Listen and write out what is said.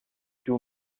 two